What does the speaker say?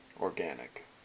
organic